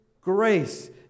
grace